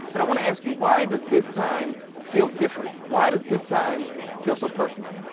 but i wanna ask you, why does this time feel different? why does this time feel so personal?